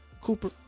Cooper